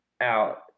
out